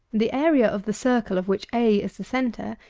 the area of the circle, of which a is the centre,